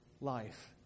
life